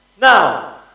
Now